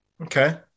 Okay